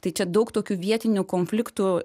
tai čia daug tokių vietinių konfliktų